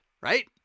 right